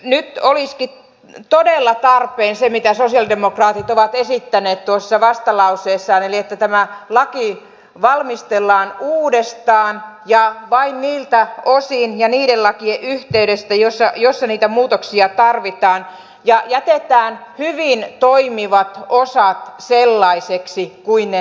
nyt olisikin todella tarpeen se mitä sosialidemokraatit ovat esittäneet tuossa vastalauseessaan että tämä laki valmistellaan uudestaan ja vain niiltä osin ja niiden lakien yhteydessä missä niitä muutoksia tarvitaan ja jätetään hyvin toimivat osat sellaisiksi kuin ne nyt ovat